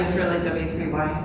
really w three y.